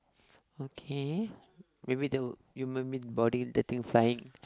okay maybe the human meal body the thing flying